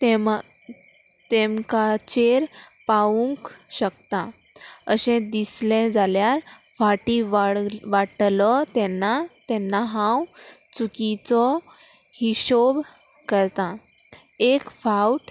तेम तेमकाचेर पावूंक शकता अशें दिसलें जाल्यार फाटीं वाड वाडटलो तेन्ना तेन्ना हांव चुकीचो हिशोब करतां एक फावट